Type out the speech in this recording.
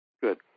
good